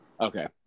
Okay